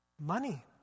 Money